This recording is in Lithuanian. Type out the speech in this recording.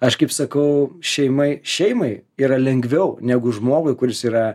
aš kaip sakau šeimai šeimai yra lengviau negu žmogui kuris yra